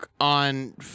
on